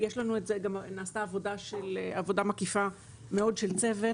נעשתה עבודה מקיפה מאוד של צוות